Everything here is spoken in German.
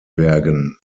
bergen